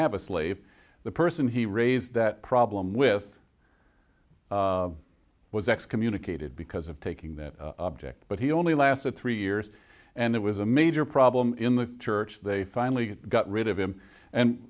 have a slave the person he raised that problem with was excommunicated because of taking that object but he only lasted three years and it was a major problem in the church they finally got rid of him and